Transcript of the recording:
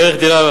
ערך דירה,